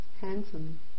handsome